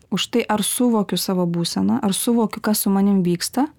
už tai ar suvokiu savo būseną ar suvokiu kas su manim vyksta